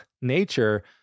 nature